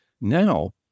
Now